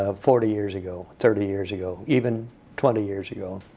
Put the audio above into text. ah forty years ago, thirty years ago. even twenty years ago.